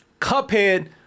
Cuphead